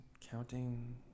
counting